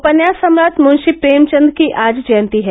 उपन्यास सम्राट मुंशी प्रेमचंद की आज जयंती है